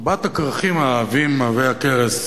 ארבעת הכרכים העבים עבי הכרס